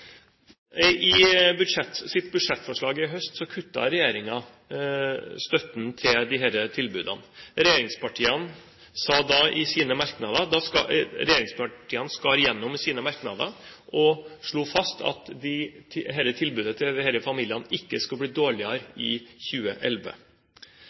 I sitt budsjettforslag i høst kuttet regjeringen støtten til disse tilbudene. Regjeringspartiene skar igjennom i sine merknader og slo fast at dette tilbudet til disse familiene ikke skal bli dårligere i 2011. Nå rapporteres det